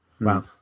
Wow